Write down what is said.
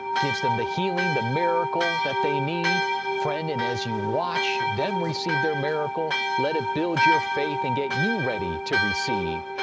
gives them the healing, the miracle that they need. friend, and as you watch them receive their miracle, let it build your faith and get you ready to receive.